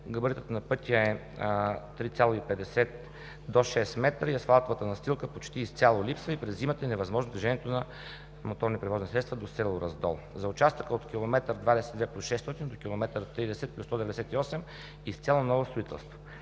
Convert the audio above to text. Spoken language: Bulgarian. Габаритът на пътя е 3,50/6 м и асфалтовата настилка почти изцяло липсва и през зимата е невъзможно движението на моторни превозни средства до село Раздол; За участъка от километър 22+600 до километър 30+198 – изцяло ново строителство.